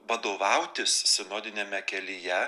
vadovautis sinodiniame kelyje